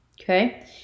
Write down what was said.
Okay